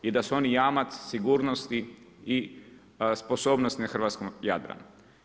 I da su oni jamac sigurnosti i sposobnosti na hrvatskom Jadranu.